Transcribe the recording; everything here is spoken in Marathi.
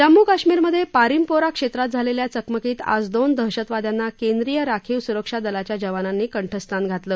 जम्मू कश्मीरमधे पारिंमपोरा क्षेत्रात झालेल्या चकमकीत आज दोन दहशतवाद्यांना केंद्रीय राखीव सुरक्षा दलाच्या जवानांनी कंठस्नान घातलं